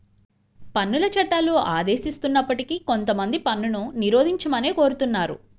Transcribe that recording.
పన్నుల చట్టాలు ఆదేశిస్తున్నప్పటికీ కొంతమంది పన్నును నిరోధించమనే కోరుతున్నారు